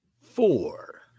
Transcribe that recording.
Four